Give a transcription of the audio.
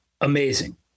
amazing